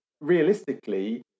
realistically